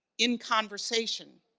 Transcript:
in conversation.